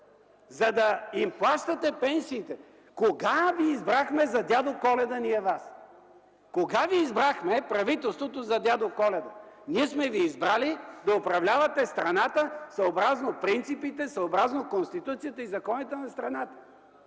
за да им плащате пенсиите: кога Ви избрахме ние Вас за Дядо Коледа? Кога избрахме правителството за Дядо Коледа? Ние сме ви избрали да управлявате страната съобразно принципите, съобразно Конституцията и законите на страната.